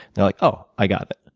they're like, oh, i got it.